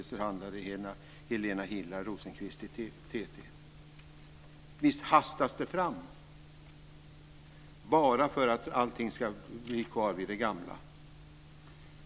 Så visst hastas det fram, bara för att allting ska bli kvar vid det gamla!